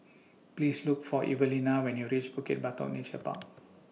Please Look For Evelina when YOU REACH Bukit Batok Nature Park